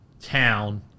town